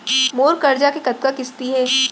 मोर करजा के कतका किस्ती हे?